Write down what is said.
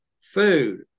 food